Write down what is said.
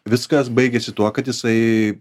viskas baigėsi tuo kad jisai